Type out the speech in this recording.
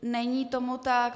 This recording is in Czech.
Není tomu tak.